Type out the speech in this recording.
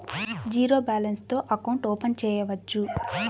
Zero balance తో account open చేయవచ్చు?